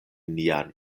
nian